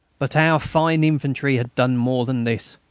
but our fine infantry had done more than this.